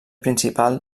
principal